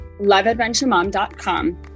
loveadventuremom.com